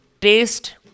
taste